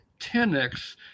10x